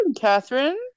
Catherine